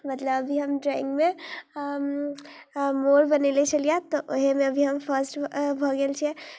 मतलब अभी हम ड्रॉइंगमे मोर बनेने छलियै तऽ ओहोमे अभी हम फर्स्ट भऽ गेल छियै